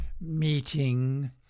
meeting